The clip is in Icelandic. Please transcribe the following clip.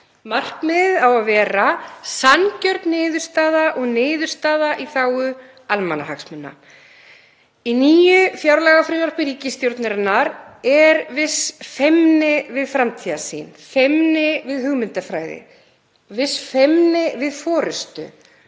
Markmiðið á að vera sanngjörn niðurstaða og niðurstaða í þágu almannahagsmuna. Í nýju fjárlagafrumvarpi ríkisstjórnarinnar er viss feimni við framtíðarsýn, feimni við hugmyndafræði, viss feimni við forystu